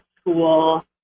school